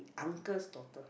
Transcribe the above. uncle's daughter